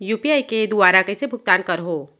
UPI के दुवारा कइसे भुगतान करहों?